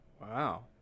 Wow